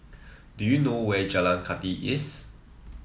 do you know where Jalan Kathi is